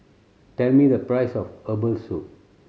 tell me the price of herbal soup